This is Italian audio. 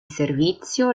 servizio